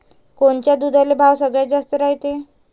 कोनच्या दुधाले भाव सगळ्यात जास्त रायते?